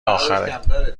آخره